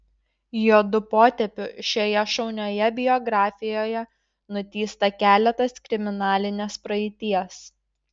juodu potėpiu šioje šaunioje biografijoje nutįsta keletas kriminalinės praeities